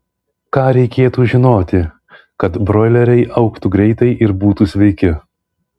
ką reikėtų žinoti kad broileriai augtų greitai ir būtų sveiki